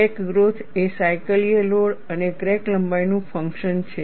crack growth એ સાયકલીય load અને ક્રેક લંબાઈનું ફંક્શન છે